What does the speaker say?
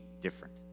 different